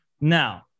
Now